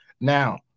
Now